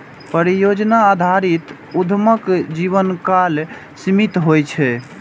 परियोजना आधारित उद्यमक जीवनकाल सीमित होइ छै